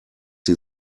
sie